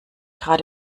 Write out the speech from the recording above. grad